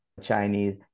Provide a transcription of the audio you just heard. Chinese